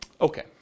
Okay